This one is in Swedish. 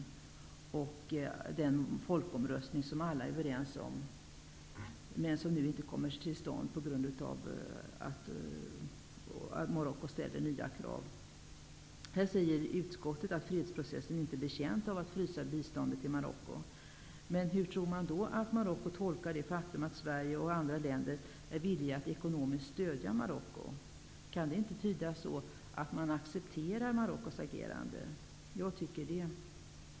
Det gäller även den folkomröstning som alla är överens om men som nu inte kommer till stånd på grund av att Marocko ställer nya krav. Utskottet säger att fredsprocessen inte är betjänt av att biståndet till Marocko fryses. Men hur tror man då att Marocko tolkar det faktum att Sverige och andra länder är villiga att ekonomiskt stödja Marocko? Kan inte det tydas som att Sverige accepterar Marockos agerande? Jag tycker att det är så.